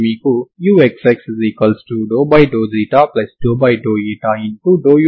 కాబట్టి f1 fx ను పూర్తి వాస్తవ రేఖకు పొడిగించిన ఫంక్షన్ అవుతుంది